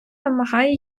вимагає